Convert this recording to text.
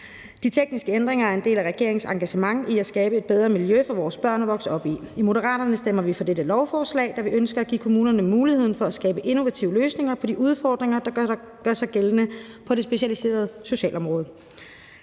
De tekniske ændringer er en del af regeringens engagement i at skabe et bedre miljø for vores børn at vokse op i. I Moderaterne stemmer vi for dette lovforslag, da vi ønsker at give kommunerne mulighed for at skabe innovative løsninger på de udfordringer, der gør sig gældende på det specialiserede socialområde.